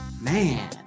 man